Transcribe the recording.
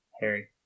Harry